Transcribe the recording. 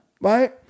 right